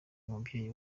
umubyeyi